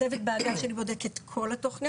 הצוות באגף שלי בודק את כל התוכניות.